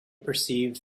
perceived